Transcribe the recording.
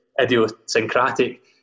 idiosyncratic